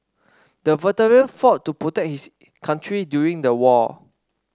the veteran fought to protect his country during the war